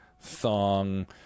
thong